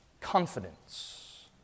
confidence